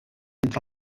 entre